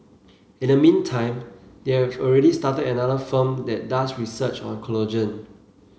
in the meantime they have already started another firm that does research on collagen